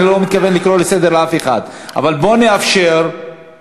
אני לא זוכרת מתי עלה שר חינוך במדינת